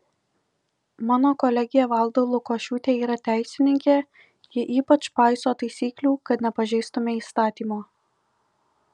mano kolegė valda lukošiūtė yra teisininkė ji ypač paiso taisyklių kad nepažeistume įstatymo